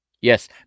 Yes